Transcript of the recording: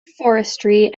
forestry